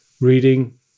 reading